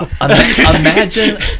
Imagine